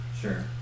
sure